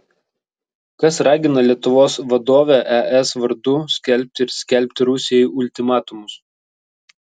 kas ragina lietuvos vadovę es vardu skelbti ir skelbti rusijai ultimatumus